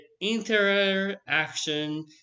interaction